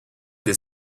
des